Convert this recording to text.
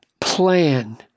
plan